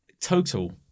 total